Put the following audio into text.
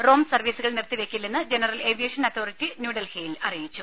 Rome സർവീസുകൾ നിർത്തിവെക്കില്ലെന്ന് general aviation authority ന്യൂഡൽഹിയിൽ അറിയിച്ചു